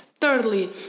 Thirdly